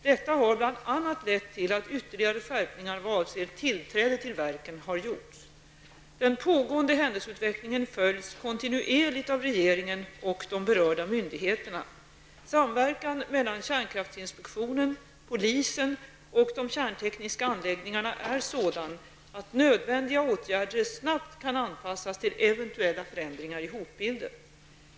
Detta har bl.a. lett till att ytterligare skärpningar vad avser tillträdet till verken har gjorts. Den pågående händelseutvecklingen följs kontinuerligt av regeringen och de berörda myndigheterna. Samverkan mellan kärnkraftinspektionen, polisen och de kärntekniska anläggningarna är sådan att nödvändiga åtgärder snabbt kan anpassas till eventuella förändringar i hotbilden.